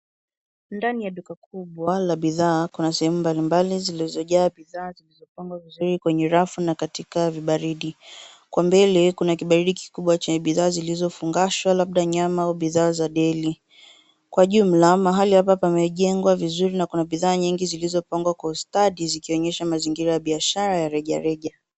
Ndani ya kubwa la bidhaa, kuna sehemu sehemu mbalimbali zilizojaa bidhaa zilizopangwa vizuri kwenye rafu na katika vibaridi. Kwa mbele, kuna kibaridi kikubwa cha bidhaa zilizofungashwa labda nyama au bidhaa za deli. Kwa jumla, mahali hapa pamejengwa vizuri na kuna bidhaa nyingi zilizopangwa kwa ustadi zikionyesha mazingira ya biashara ya rejareja.